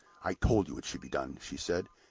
i told you it should be done, she said,